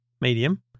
medium